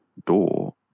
Door